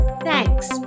Thanks